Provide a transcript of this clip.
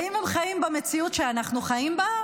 האם הם חיים במציאות שאנחנו חיים בה,